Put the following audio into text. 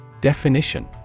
DEFINITION